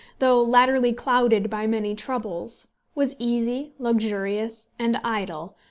though latterly clouded by many troubles, was easy, luxurious, and idle,